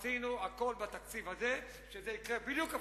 עשינו הכול בתקציב הזה שזה יקרה בדיוק הפוך.